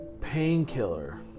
Painkiller